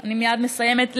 אני מייד מסיימת.